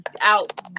out